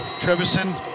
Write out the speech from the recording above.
Trevison